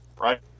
right